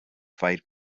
fight